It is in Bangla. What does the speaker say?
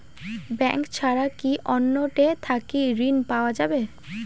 ব্যাংক ছাড়া কি অন্য টে থাকি ঋণ পাওয়া যাবে?